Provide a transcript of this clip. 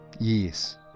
Yes